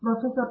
professor